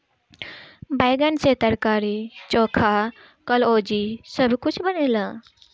बैगन से तरकारी, चोखा, कलउजी सब कुछ बनेला